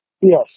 Yes